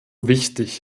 wichtig